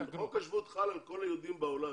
חוק השבות חל על כל היהודים בעולם.